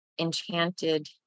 enchanted